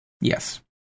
Yes